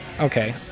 Okay